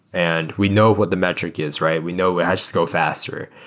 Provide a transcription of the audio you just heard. and we know what the metric is, right? we know it has to go faster.